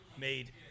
made